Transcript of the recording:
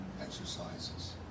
exercises